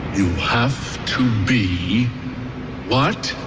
you have to be what?